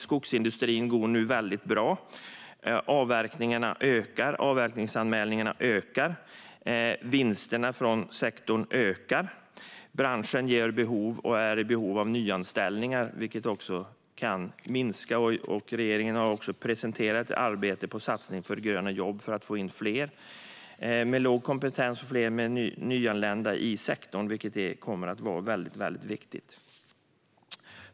Skogsindustrin går nu mycket bra, och avverkningarna, avverkningsanmälningarna och vinsterna från sektorn ökar. Branschen är i behov av nyanställningar. Regeringen har också presenterat en satsning på gröna jobb för att få in fler med låg kompetens och fler nyanlända i sektorn, vilket kommer att vara viktigt.